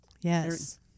Yes